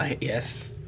Yes